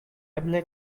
eble